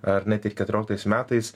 ar net ir keturioliktais metais